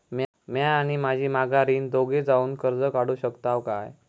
म्या आणि माझी माघारीन दोघे जावून कर्ज काढू शकताव काय?